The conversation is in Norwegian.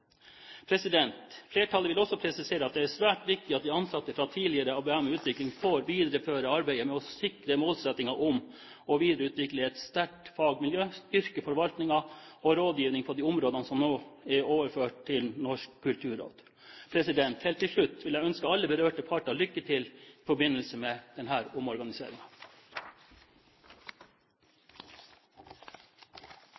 ansvarsområdet. Flertallet vil også presisere at det er svært viktig at de ansatte fra tidligere ABM-utvikling får videreføre arbeidet med å sikre målsettingen om å videreutvikle et sterkt fagmiljø og styrke forvaltningen og rådgivningen på de områdene som nå er overført til Norsk kulturråd. Helt til slutt vil jeg ønske alle berørte parter lykke til i forbindelse med